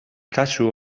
kasu